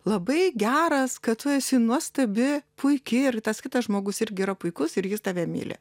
labai geras kad tu esi nuostabi puiki ir tas kitas žmogus irgi yra puikus ir jis tave myli